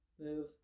move